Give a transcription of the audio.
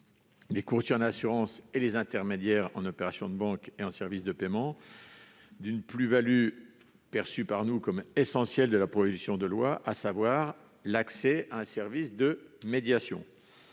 les courtiers en assurances et les intermédiaires en opérations de banque et en services de paiement d'une plus-value que nous percevons comme essentielle dans la proposition de loi, à savoir l'accès à un service de médiation.